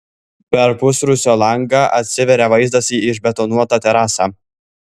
per pusrūsio langą atsiveria vaizdas į išbetonuotą terasą